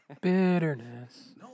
bitterness